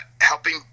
helping